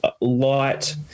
light